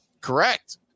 Correct